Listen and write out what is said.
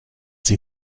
sie